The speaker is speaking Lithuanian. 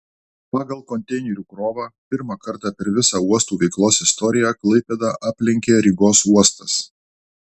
pagal konteinerių krovą pirmą kartą per visa uostų veiklos istoriją klaipėdą aplenkė rygos uostas